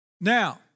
Now